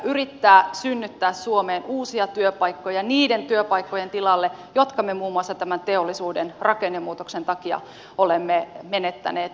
yrittää synnyttää suomeen uusia työpaikkoja niiden työpaikkojen tilalle jotka me muun muassa tämän teollisuuden rakennemuutoksen takia olemme menettäneet